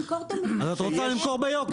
אני מוכנה למכור במחיר --- אז את רוצה למכור ביוקר,